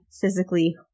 physically